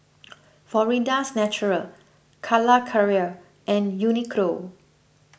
Florida's Natural Calacara and Uniqlo